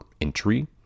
entry